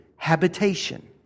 Habitation